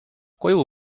koju